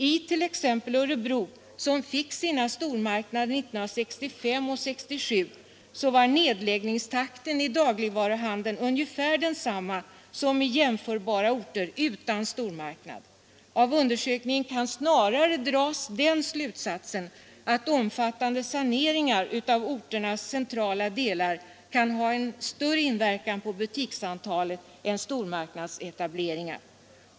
I t.ex. Örebro, som fick sina stormarknader 1965 och 1967, var nedläggningstakten av dagligvaruhandeln ungefär densamma som i jämförbara orter utan stormarknad. Av undersökningen kan snarare dras den slutsatsen att omfattande saneringar i orternas centrala delar kan ha större inverkan på butiksantalet än stormarknadsetableringar.